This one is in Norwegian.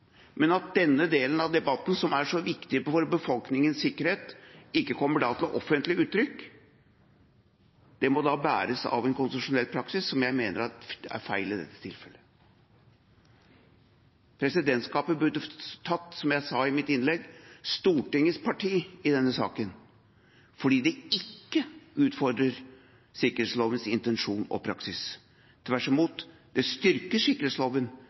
men at denne delen av debatten, som er så viktig for befolkningens sikkerhet, ikke kommer til offentlig uttrykk, må da bæres av en konstitusjonell praksis som jeg mener er feil i dette tilfellet. Presidentskapet burde tatt, som jeg sa i mitt innlegg, Stortingets parti i denne saken, fordi det ikke utfordrer sikkerhetslovens intensjon og praksis. Tvert imot styrker det sikkerhetsloven